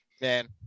man